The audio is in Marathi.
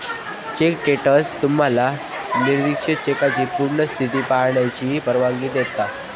चेक स्टेटस तुम्हाला निर्दिष्ट चेकची पूर्ण स्थिती पाहण्याची परवानगी देते